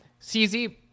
CZ